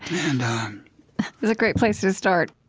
and that's a great place to start.